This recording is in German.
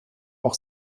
auch